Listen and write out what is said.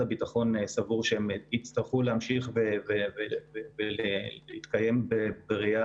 הביטחון סבור שהם יצטרכו להמשיך ולהתקיים בראיה